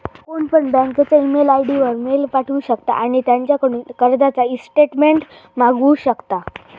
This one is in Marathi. कोणपण बँकेच्या ईमेल आय.डी वर मेल पाठवु शकता आणि त्यांच्याकडून कर्जाचा ईस्टेटमेंट मागवु शकता